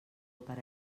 per